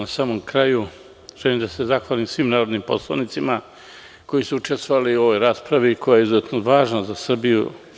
Na samom kraju želim da se zahvalim svim narodnim poslanicima koji su učestvovali u ovoj raspravi, koja je izuzetno važna za Srbiju.